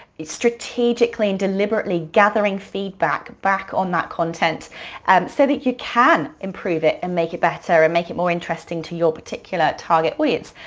strategically and deliberately gathering feedback back on that content so that you can improve it and make it better or and make it more interesting to your particular target widths,